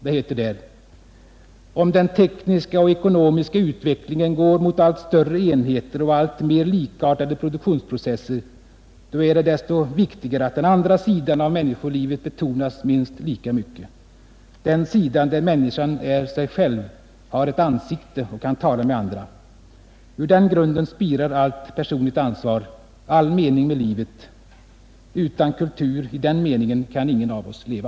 Det heter där bl.a.: ”Om den tekniska och ekonomiska utvecklingen går mot allt större enheter och allt mer likartade produktionsprocesser ——— då är det desto viktigare att den andra sidan av människolivet betonas minst lika mycket. Den sidan där människan är sig själv, har ett ansikte, och kan tala med andra. Ur den grunden spirar allt personligt ansvar, all mening med livet. Utan kultur — i den meningen — kan ingen av oss leva.”